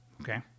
okay